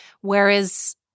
whereas